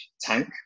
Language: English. tank